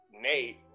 Nate